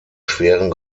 schweren